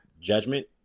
judgment